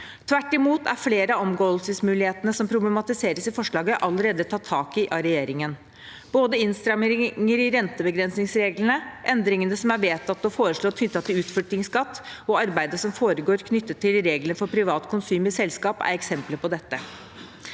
Tvert imot er flere av omgåelsesmulighetene som problematiseres i forslaget, allerede tatt tak i av regjeringen. Både innstramminger i rentebegrensingsreglene, endringene som er vedtatt og foreslått knyttet til utflyttingsskatt, og arbeidet som foregår knyttet til regler for privat konsum i selskap, er eksempler på dette.